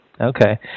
Okay